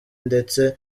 ndetse